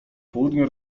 południu